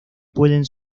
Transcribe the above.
pueden